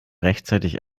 rechtzeitig